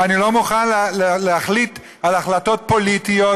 אני לא מוכנה להחליט החלטות פוליטיות,